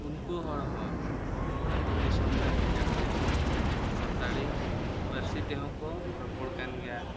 ᱩᱱᱠᱩ ᱦᱚᱲ ᱦᱚᱸ ᱟᱛᱳ ᱫᱤᱥᱚᱢ ᱨᱮ ᱦᱮᱡ ᱟᱛᱮᱫ ᱥᱟᱱᱛᱟᱲᱤ ᱯᱟᱹᱨᱥᱤ ᱛᱮᱦᱚᱸ ᱠᱚ ᱨᱚᱯᱚᱲ ᱠᱟᱱ ᱜᱮᱭᱟ